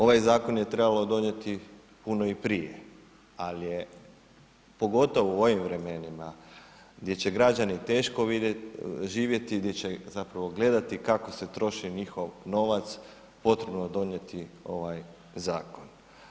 Ovaj zakon je trebalo donijeti puno i prije ali je pogotovo u ovim vremenima gdje će građani teško vidjeti, živjeti, gdje će zapravo gledati kako se troši njihov novac potrebno donijeti ovaj zakon.